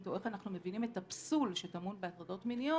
או איך אנחנו מבינים את הפסול שטמון בהטרדות מיניות